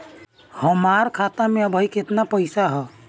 हमार खाता मे अबही केतना पैसा ह?